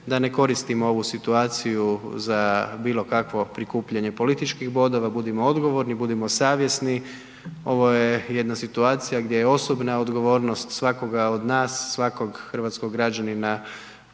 da ne koristimo ovu situaciju za bilo kakvo prikupljanje političkih bodova, budimo odgovorni, budimo savjesni, ovo je jedna situacija gdje je osobna odgovornost svakoga od nas, svakog hrvatskog građanina